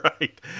Right